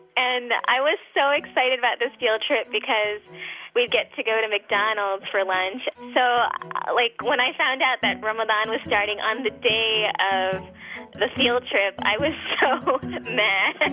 and i was so excited about this field trip because we'd get to go to mcdonald's for lunch. so like when i found out that ramadan was starting on the day of the field trip, i was so mad. and